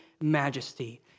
majesty